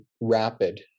rapid